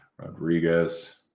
Rodriguez